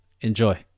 Enjoy